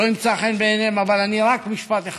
לא ימצא חן בעיניהם, אבל אני אומר רק משפט אחד: